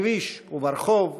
בכביש וברחוב,